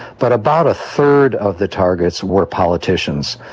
but about a third of the targets were politicians,